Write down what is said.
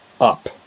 up